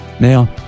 Now